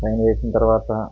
పైన వేసిన తరువాత